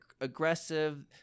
aggressive